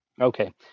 Okay